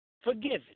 forgiven